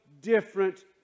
different